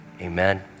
amen